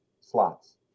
slots